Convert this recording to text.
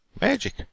Magic